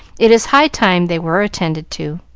it is high time they were attended to.